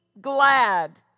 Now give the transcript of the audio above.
glad